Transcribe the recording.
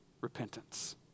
repentance